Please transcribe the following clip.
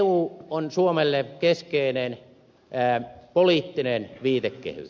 eu on suomelle keskeinen poliittinen viitekehys